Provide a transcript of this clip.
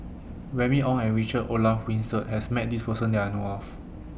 Remy Ong and Richard Olaf Winstedt has Met This Person that I know of